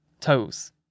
Toes